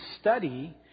study